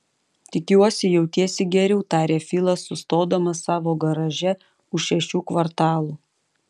tikiuosi jautiesi geriau tarė filas sustodamas savo garaže už šešių kvartalų